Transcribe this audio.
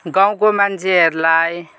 गाउँको मान्छेहरूलाई